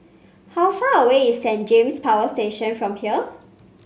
how far away is Saint James Power Station from here